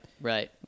right